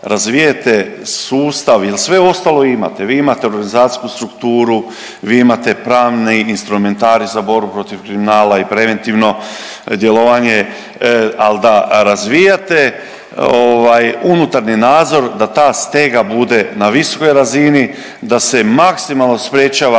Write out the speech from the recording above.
razvijete sustava jel sve ostalo imate, vi imate organizacijsku strukturu, vi imate pravne instrumentarije za borbu protiv kriminala i preventivno djelovanje, al da razvijate unutarnji nadzor da ta stega bude na visokoj razini, da se maksimalno sprječava